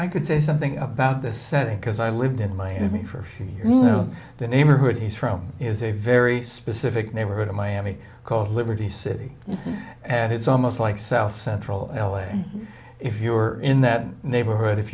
i could say something about this setting because i lived in miami for a few you know the neighborhood he's from is a very specific neighborhood in miami called liberty city and it's almost like south central l a if you were in that neighborhood if